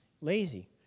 Lazy